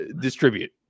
distribute